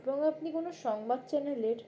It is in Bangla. এবং আপনি কোনো সংবাদ চ্যানেলের